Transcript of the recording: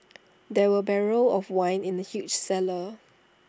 there were barrels of wine in the huge cellar